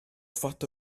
fatto